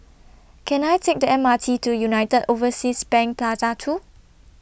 Can I Take The M R T to United Overseas Bank Plaza two